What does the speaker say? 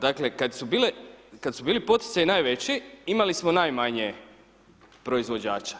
Dakle, kad su bili poticaji najveći imali smo najmanje proizvođača.